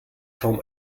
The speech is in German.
kaum